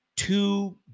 two